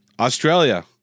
Australia